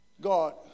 God